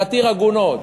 להתיר עגונות?